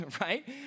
right